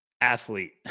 athlete